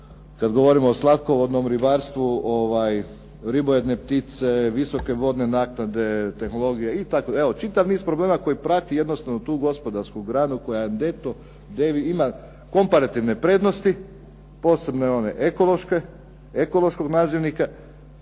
kada govorimo o slatkovodnom ribarstvu, ribojedne ptice, visoke vodne naknade, tehnologija itd. Evo čitav niz problema koji prate tu gospodarsku granu koja ima komparativne prednosti, posebno one ekološke, ekološkog nazivnika